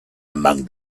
among